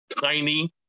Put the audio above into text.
tiny